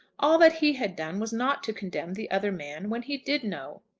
all that he had done was not to condemn the other man when he did know!